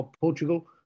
Portugal